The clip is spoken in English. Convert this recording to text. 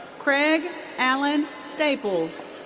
craig alan staples.